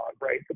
right